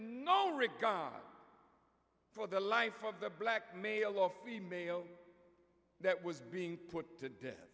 no regard for the life of the black male or female that was being put to dea